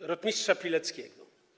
rotmistrza Pileckiego.